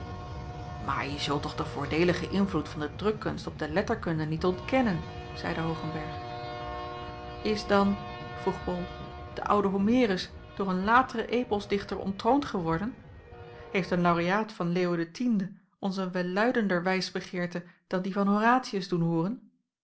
maar je zult toch den voordeeligen invloed van de drukkunst op de letterkunde niet ontkennen zeide hoogenberg is dan vroeg bol de oude homerus door een lateren eposdichter onttroond geworden heeft een laureaat van leo x ons een welluidender wijsbegeerte dan die van horatius doen hooren